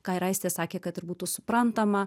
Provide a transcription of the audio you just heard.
ką ir aistė sakė kad ir būtų suprantama